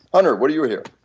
hunter, what do you hear?